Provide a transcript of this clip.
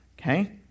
okay